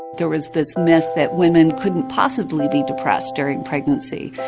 there was this myth that women couldn't possibly be depressed during pregnancy,